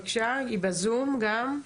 נמצאת איתנו בזום.